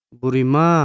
burima